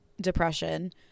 depression